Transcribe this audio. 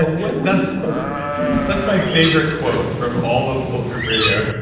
and yeah when that's my favorite quote, from all of bulletproof radio.